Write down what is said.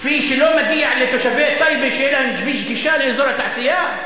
כפי שלא מגיע לתושבי טייבה שיהיה להם כביש גישה לאזור התעשייה,